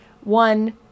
one